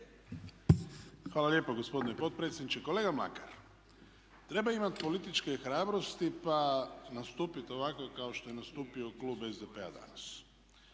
Hvala lijepa gospodine potpredsjedniče. Kolega Mlakar treba imati političke hrabrosti pa nastupiti ovako kao što je nastupio klub SDP-a danas.